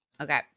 Okay